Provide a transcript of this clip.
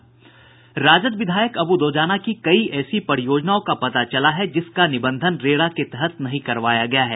राजद विधायक अबु दोजाना की कई ऐसी परियोजनाओं का पता चला है जिसका निबंधन रेरा के तहत नहीं करवाया गया है